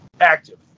active